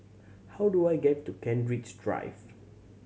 how do I get to Kent Ridge Drive